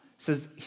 Says